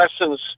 lessons